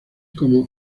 como